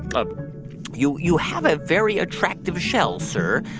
ah you you have a very attractive shell, sir.